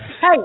Hey